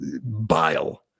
bile